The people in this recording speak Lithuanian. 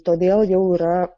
todėl jau yra